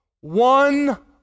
one